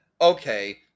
okay